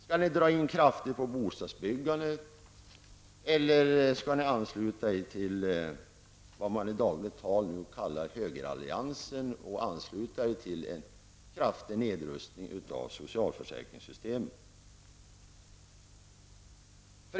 Skall ni dra in kraftigt på bostadsbyggandet eller skall ni ansluta er till vad man i dagligt tal kallar högeralliansen som förespråkar en kraftig nedrustning av socialförsäkringssystemet?